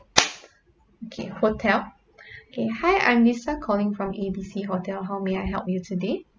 okay hotel kay hi I'm lisa calling from A_B_C hotel how may I help you today